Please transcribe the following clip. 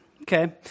okay